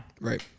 Right